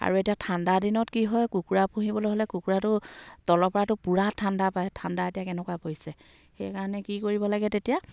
আৰু এতিয়া ঠাণ্ডাদিনত কি হয় কুকুৰা পুহিবলৈ হ'লে কুকুৰাটো তলৰ পৰাটো পূৰা ঠাণ্ডা পায় ঠাণ্ডা এতিয়া কেনেকুৱা পৰিছে সেইকাৰণে কি কৰিব লাগে তেতিয়া